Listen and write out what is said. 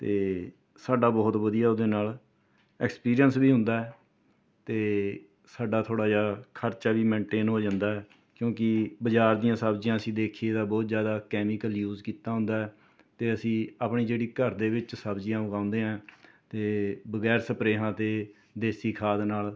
ਅਤੇ ਸਾਡਾ ਬਹੁਤ ਵਧੀਆ ਉਹਦੇ ਨਾਲ ਐਕਸਪੀਰੀਐਂਸ ਵੀ ਹੁੰਦਾ ਅਤੇ ਸਾਡਾ ਥੋੜ੍ਹਾ ਜਿਹਾ ਖਰਚਾ ਵੀ ਮੇਨਟੇਨ ਹੋ ਜਾਂਦਾ ਕਿਉਂਕਿ ਬਜ਼ਾਰ ਦੀਆਂ ਸਬਜ਼ੀਆਂ ਅਸੀਂ ਦੇਖੀਏ ਤਾਂ ਬਹੁਤ ਜ਼ਿਆਦਾ ਕੈਮੀਕਲ ਯੂਸ ਕੀਤਾ ਹੁੰਦਾ ਅਤੇ ਅਸੀਂ ਆਪਣੀ ਜਿਹੜੀ ਘਰ ਦੇ ਵਿੱਚ ਸਬਜ਼ੀਆਂ ਉਗਾਉਂਦੇ ਹਾਂ ਅਤੇ ਬਗੈਰ ਸਪਰੇਹਾਂ ਅਤੇ ਦੇਸੀ ਖਾਦ ਨਾਲ